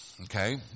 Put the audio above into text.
Okay